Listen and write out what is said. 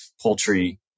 poultry